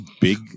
big